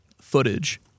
footage